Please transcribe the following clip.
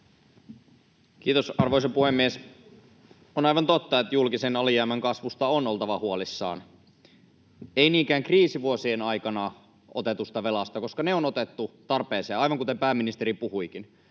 Kiitos, arvoisa puhemies! On aivan totta, että julkisen alijäämän kasvusta on oltava huolissaan, ei niinkään kriisivuosien aikana otetusta velasta, koska se on otettu tarpeeseen, aivan kuten pääministeri puhuikin,